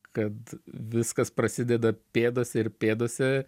kad viskas prasideda pėdose ir pėdose